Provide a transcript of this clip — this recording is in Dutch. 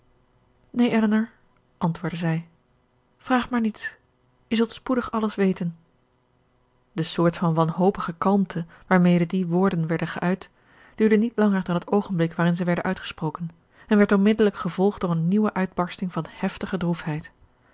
neen elinor antwoordde zij vraag maar niets je zult spoedig alles weten de soort van wanhopige kalmte waarmede die woorden werden geuit duurde niet langer dan het oogenblik waarin ze werden uitgesproken en werd onmiddellijk gevolgd door een nieuwe uitbarsting van heftige